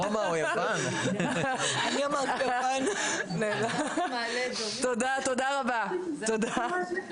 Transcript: אני עדיין חושבת שחסרה הצלע השלישית